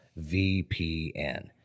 VPN